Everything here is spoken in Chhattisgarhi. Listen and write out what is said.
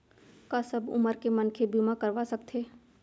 का सब उमर के मनखे बीमा करवा सकथे?